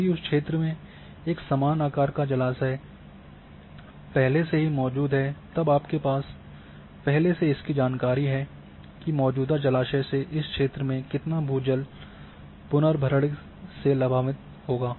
यदि उस क्षेत्र में एक समान आकार का जलाशय पहले से ही मौजूद है तब आपके पास पहले से इसकी जानकारी है कि मौजूदा जलाशय से इस क्षेत्र में कितना भूजल पुनर्भरण से लाभान्वित होगा